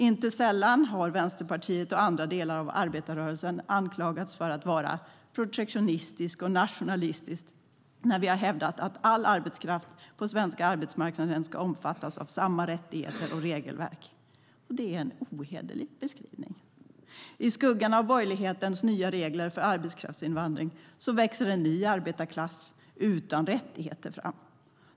Inte sällan har Vänsterpartiet och andra delar av arbetarrörelsen anklagats för att vara protektionistiska och nationalistiska när vi har hävdat att all arbetskraft på den svenska arbetsmarknaden ska omfattas av samma rättigheter och regelverk. Det är en ohederlig beskrivning. I skuggan av borgerlighetens nya regler för arbetskraftsinvandring växer en ny arbetarklass utan rättigheter fram.